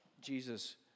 Jesus